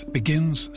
begins